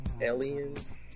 Aliens